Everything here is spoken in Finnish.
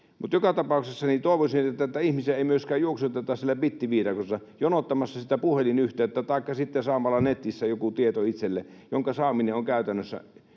joka tapauksessa toivoisin, että ihmisiä ei myöskään juoksuteta siellä bittiviidakossa jonottamassa sitä puhelinyhteyttä taikka sitten netissä saamassa itselle jotain tietoa, jonka saaminen on käytännössä — ei